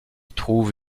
trouve